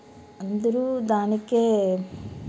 అందరూ దానికే